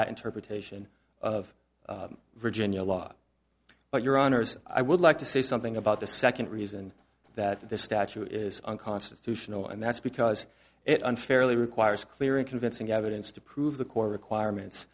that interpretation of virginia law but your honors i would like to say something about the second reason that this statute is unconstitutional and that's because it unfairly requires clear and convincing evidence to prove the core requirements